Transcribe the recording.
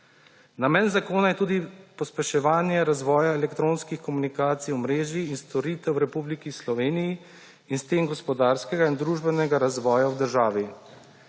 Namen zakona je tudi pospeševanje razvoja elektronskih komunikacijskih omrežij in storitev v Republiki Sloveniji in s tem gospodarskega in družbenega razvoja v državi.